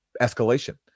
escalation